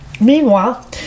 Meanwhile